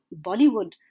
Bollywood